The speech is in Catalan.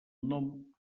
nom